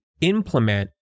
implement